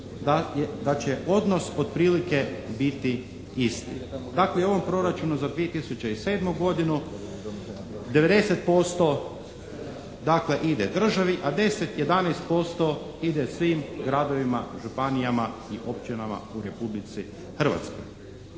Da će odnos otprilike biti isti. Tako i u ovom proračunu za 2007. godinu 90% dakle ide državi, a 10, 11% ide svim gradovima, županijama i općinama u Republici Hrvatskoj.